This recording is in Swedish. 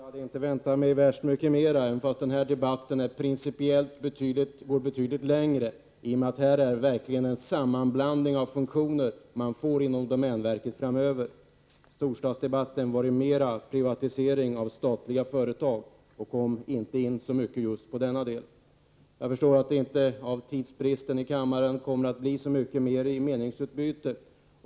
Herr talman! Jag hade inte väntat mig särskilt mycket mera, även om den här debatten principiellt går betydligt längre i och med att det handlar om en samanblandning av funktioner inom domänverket framöver. Torsdagens debatt gällde mera privatiseringen av statliga företag. Man kom då inte särskilt mycket in på just denna del. Jag förstår att det med tanke på tidsbristen här i kammaren inte kommer att bli så mycket mera av meningsutbyte.